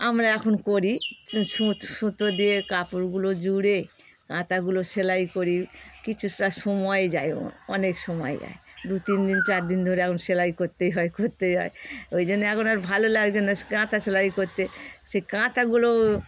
আমরা এখন করি সূচ সুতো দিয়ে কাপড়গুলো জুড়ে কাঁথাগুলো সেলাই করি কিছুটা সময় যায় অনেক সময় যায় দু তিন দিন চার দিন ধরে এখন সেলাই করতেই হয় করতেই হয় ওই জন্য এখন আর ভালো লাগবে না কাঁথা সেলাই করতে সেই কাঁথাগুলো